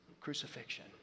crucifixion